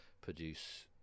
produce